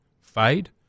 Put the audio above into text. fade